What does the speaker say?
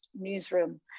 newsroom